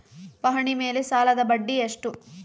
ಪಹಣಿ ಮೇಲೆ ಸಾಲದ ಬಡ್ಡಿ ಎಷ್ಟು?